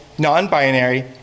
non-binary